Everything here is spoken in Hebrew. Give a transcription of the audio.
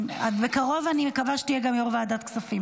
בקרוב אני מקווה שתהיה גם יו"ר ועדת כספים.